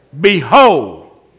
Behold